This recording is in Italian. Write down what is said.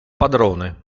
padrone